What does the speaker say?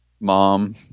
mom